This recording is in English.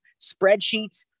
spreadsheets